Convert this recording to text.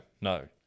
No